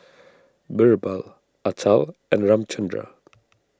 Birbal Atal and Ramchundra